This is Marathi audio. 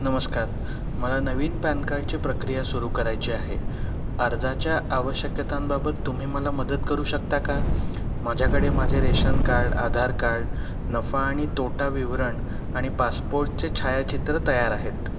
नमस्कार मला नवीन पॅन कार्डची प्रक्रिया सुरू करायची आहे अर्जाच्या आवश्यकतांबाबत तुम्ही मला मदत करू शकता का माझ्याकडे माझे रेशन कार्ड आधार कार्ड नफा आणि तोटा विवरण आणि पासपोर्टचे छायाचित्र तयार आहेत